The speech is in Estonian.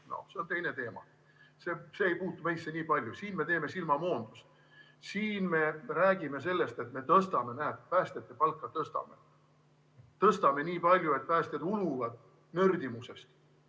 see on teine teema. See ei puutu meisse nii palju, siin me teeme silmamoondusi. Siin me räägime sellest, et me tõstame päästjate palka, tõstame nii palju, et päästjad uluvad nördimusest.